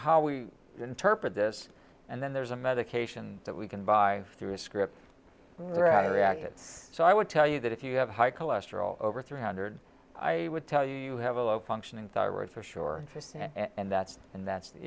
how we interpret this and then there's a medication that we can buy through a script rather reactive so i would tell you that if you have high cholesterol over three hundred i would tell you you have a low functioning thyroid for sure and that's and that's the